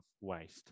waste